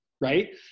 right